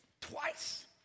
Twice